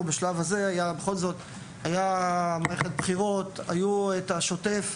בכל זאת היתה מערכת בחירות, היו עניינים בשוטף.